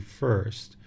first